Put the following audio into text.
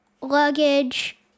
luggage